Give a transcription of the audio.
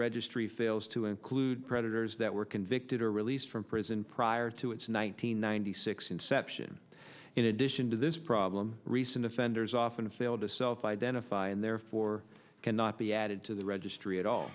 registry fails to include predators that were convicted or released from prison prior to its one thousand nine hundred six inception in addition to this problem recent offenders often failed to self identify and therefore cannot be added to the registry at all